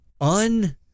un-